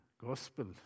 Gospel